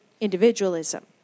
individualism